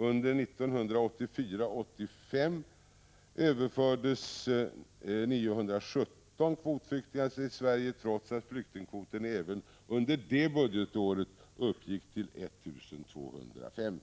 Under 1984/85 överfördes 917 kvotflyktingar till Sverige trots att flyktingkvoten även under det budgetåret uppgick till 1 250.